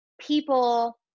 people